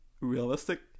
realistic